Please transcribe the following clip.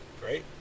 Great